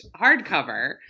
hardcover